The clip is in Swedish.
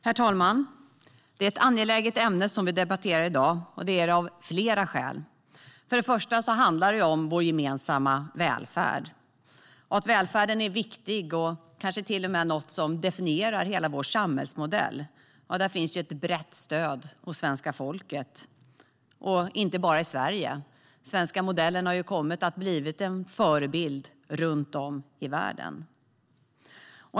Herr talman! Det är ett angeläget ämne som vi debatterar i dag, och det är det av flera skäl. För det första handlar det om vår gemensamma välfärd. Att välfärden är viktig och kanske till och med något som definierar hela vår samhällsmodell är något som har brett stöd hos svenska folket. Det synsättet finns inte bara i Sverige. Den svenska modellen har ju kommit att bli en förebild runt om i världen.